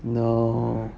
no